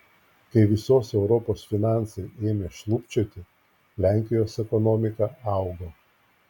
kai visos europos finansai ėmė šlubčioti lenkijos ekonomika augo